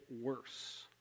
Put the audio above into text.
worse